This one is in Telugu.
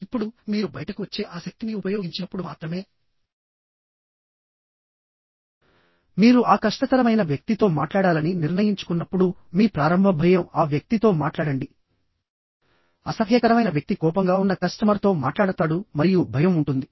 ఇప్పుడు మీరు బయటకు వచ్చే ఆ శక్తిని ఉపయోగించినప్పుడు మాత్రమే మీరు ఆ కష్టతరమైన వ్యక్తితో మాట్లాడాలని నిర్ణయించుకున్నప్పుడు మీ ప్రారంభ భయం ఆ వ్యక్తితో మాట్లాడండి అసహ్యకరమైన వ్యక్తి కోపంగా ఉన్న కస్టమర్తో మాట్లాడతాడు మరియు భయం ఉంటుంది